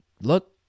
look